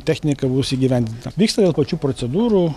technika bus įgyvendinta vyksta dėl pačių procedūrų